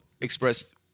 expressed